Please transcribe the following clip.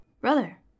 Brother